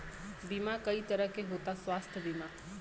बीमा कई तरह के होता स्वास्थ्य बीमा?